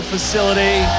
Facility